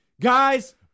guys